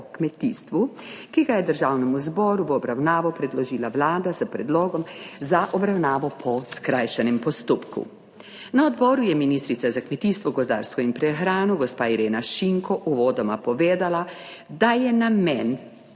kmetijstvu, ki ga je Državnemu zboru v obravnavo predložila Vlada s predlogom za obravnavo po skrajšanem postopku. Na odboru je ministrica za kmetijstvo, gozdarstvo in prehrano, gospa Irena Šinko, uvodoma povedala, da je namen